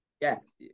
yes